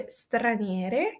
straniere